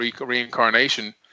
reincarnation